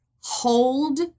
hold